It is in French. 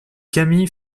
camille